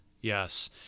Yes